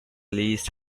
leased